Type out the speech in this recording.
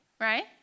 Right